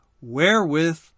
wherewith